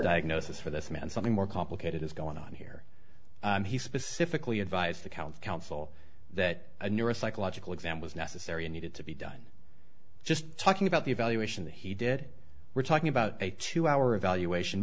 diagnosis for this man something more complicated is going on here and he specifically advised the county council that neuropsychological exam was necessary and needed to be done just talking about the evaluation that he did we're talking about a two hour evaluation